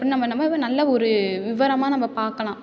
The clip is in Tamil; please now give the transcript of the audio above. நம்ம நம்ம நல்ல ஒரு விவரமாக நம்ம பார்க்கலாம்